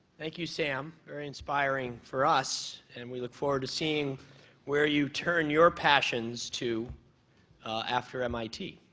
thank you, sam. very inspiring for us, and we look forward to seeing where you turn your passions to after mit.